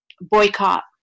boycott